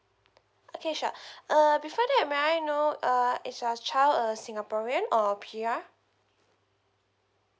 okay sure uh before that may I know uh is your child a singaporean or P_R